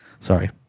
Sorry